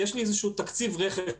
יש לי תקציב רכש ייעודי,